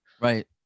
Right